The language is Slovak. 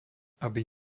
aby